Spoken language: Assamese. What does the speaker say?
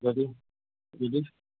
যদি যদি